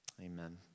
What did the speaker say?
Amen